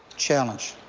challenged,